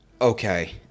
Okay